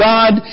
God